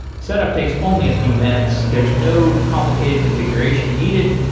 setup takes only a few minutes. there's no complicated configuration needed.